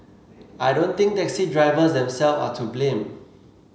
I don't think taxi drivers themselves are to blame